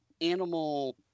animal